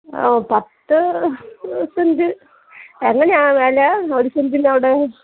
ആ പത്ത് സെൻറ് എങ്ങനെയാണ് വില ഒരു സെൻ്റിന് അവിടെ